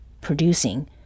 producing